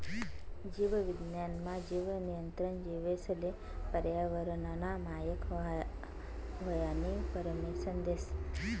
जीव विज्ञान मा, जीन नियंत्रण जीवेसले पर्यावरनना मायक व्हवानी परमिसन देस